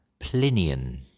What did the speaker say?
Plinian